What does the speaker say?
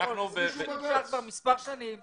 זה נמשך כבר כמה שנים